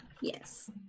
Yes